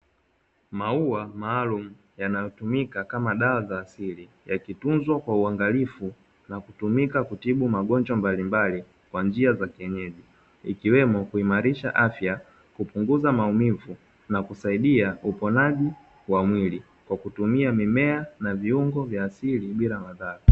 Maua maalumu yanatumika kama dawa za asili yakitunzwa kwa uangalifu na kutumika kutibu magonjwa mbalimbali kwa njia za kienyeji, ikiwemo kuimarisha afya kupunguza maumivu na kusaidia uponaji wa mwili kwa kutumia mimea na viungo vya asili bila madhara.